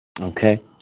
Okay